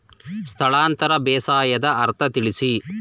ಸ್ಥಳಾಂತರ ಬೇಸಾಯದ ಅರ್ಥ ತಿಳಿಸಿ?